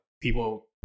people